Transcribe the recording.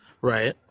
Right